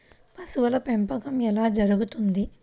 పశువుల పెంపకం ఎలా జరుగుతుంది?